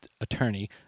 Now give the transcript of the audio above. Attorney